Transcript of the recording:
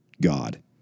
God